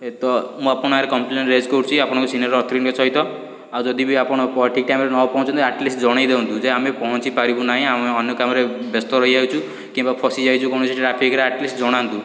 ଏ ତ ମୁଁ ଆପଣଙ୍କ ନାଁରେ କମ୍ପଲେନ୍ ରେଜ୍ କରୁଛି ଆପଣଙ୍କ ସିନିଅର୍ ଆଥୋରିଟିଙ୍କ ସାହିତ ଆଉ ଯଦି ବି ଆପଣ ପ ଠିକ୍ ଟାଇମରେ ନ ପହଞ୍ଚନ୍ତି ଆଟଲିଷ୍ଟ୍ ଜଣାଇ ଦିଅନ୍ତୁ ଯେ ଆମେ ପହଞ୍ଚି ପାରିବୁ ନାହିଁ ଆମେ ଅନ୍ୟ କାମରେ ବ୍ୟସ୍ତ ରହିଯାଉଛୁ କିମ୍ବା ଫସି ଯାଇଛୁ କୌଣସି ଟ୍ରାଫିକରେ ଆଟଲିଷ୍ଟ୍ ଜାଣନ୍ତୁ